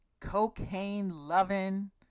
cocaine-loving